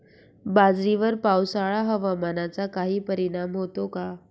बाजरीवर पावसाळा हवामानाचा काही परिणाम होतो का?